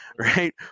right